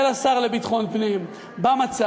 של השר לביטחון פנים במצב,